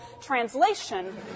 translation